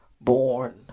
born